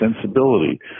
sensibility